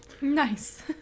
Nice